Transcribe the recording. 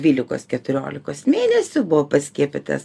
dvylikos keturiolikos mėnesių buvo paskiepytas